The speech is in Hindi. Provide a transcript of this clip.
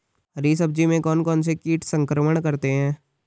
हरी सब्जी में कौन कौन से कीट संक्रमण करते हैं?